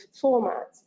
format